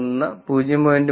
1 0